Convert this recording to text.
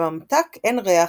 לממתק אין ריח,